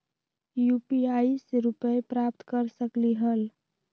UPI से रुपए प्राप्त कर सकलीहल?